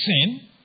sin